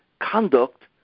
conduct